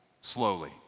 slowly